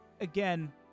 again